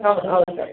ಹೌದು ಹೌದು